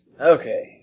Okay